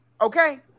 okay